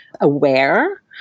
aware